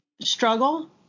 struggle